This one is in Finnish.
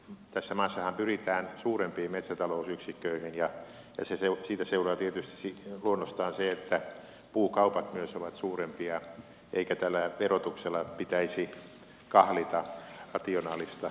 tässä maassahan pyritään suurempiin metsätalousyksiköihin ja siitä seuraa luonnostaan se että puukaupat myös ovat suurempia eikä verotuksella pitäisi kahlita rationaalista metsätaloutta